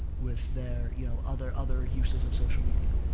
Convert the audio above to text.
with their, you know, other, other uses of social media.